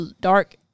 dark